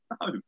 No